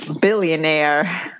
billionaire